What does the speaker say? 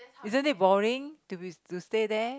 isn't it boring to be to stay there